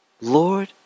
Lord